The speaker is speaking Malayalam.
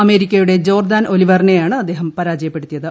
അമേരിക്കയുടെ ജോർദാൻ ഒലിവറിനെയാണ് അദ്ദേഹം പരാജയപ്പെടുത്തിയത്